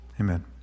Amen